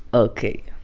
ok.